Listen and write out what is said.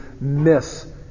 miss